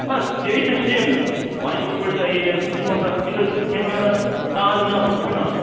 हय तेयी सेम म्हाज्या बरोबर जे येयले ते म्हणटा तेंका तान ना भूक ना